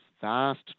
vast